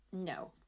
No